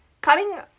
Cutting